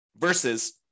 versus